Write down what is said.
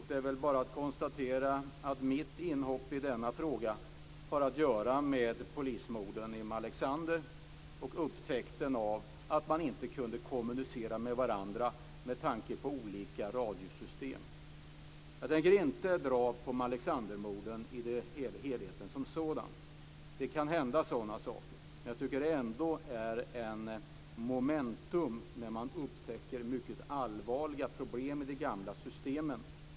Det är bara att konstatera att mitt inhopp i denna fråga har att göra med polismorden i Malexander och upptäckten att man inte kunde kommunicera med varandra på grund av olika radiosystem. Jag tänker inte av Malexandermorden dra slutsatser om helheten som sådan. Det kan hända sådana saker. Men jag tycker ändå är ett memento när man upptäcker mycket allvarliga problem i de gamla systemen.